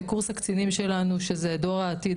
קורס הקצינים שלנו שזה דור העתיד,